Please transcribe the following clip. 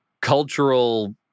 cultural